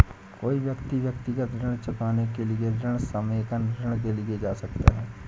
कोई व्यक्ति व्यक्तिगत ऋण चुकाने के लिए ऋण समेकन ऋण के लिए जा सकता है